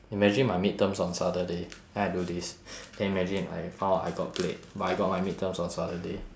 imagine my midterms on saturday then I do this can you imagine I found out I got played but I got my midterms on saturday